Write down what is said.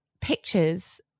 pictures